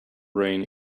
brain